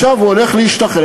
ועכשיו הוא הולך להשתחרר,